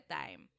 time